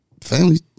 Family